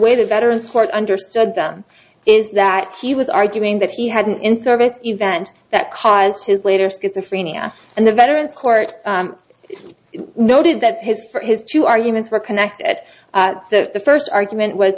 way the veterans court understood them is that he was arguing that he had an in service event that caused his later schizophrenia and the veterans court noted that his for his two arguments were connected at the first argument w